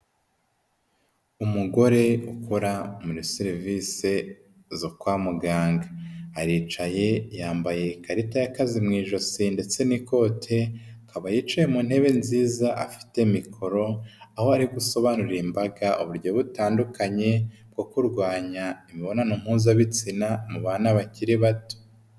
Umugore ukora muri serivisi zo kwa muganga, aricaye yambaye ikarita y'akazi mu ijosi ndetse n'ikote, akaba yicaye mu ntebe nziza afite mikoro aho ari gusobanurira imbaga uburyo butandukanye bwo kurwanya imibonano mpuzabitsina mu bana bakiri bato.